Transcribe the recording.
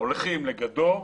הולכים לגדור,